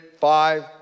five